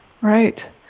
Right